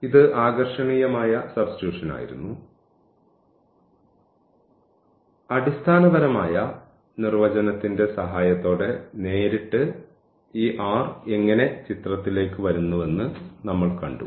ഇത് ആകർഷണീയമായ സബ്സ്റ്റിട്യൂഷനായിരുന്നു അടിസ്ഥാനപരമായ നിർവചനത്തിന്റെ സഹായത്തോടെ നേരിട്ട് ഈ r എങ്ങനെ ചിത്രത്തിലേക്ക് വരുന്നുവെന്ന് നമ്മൾ കണ്ടു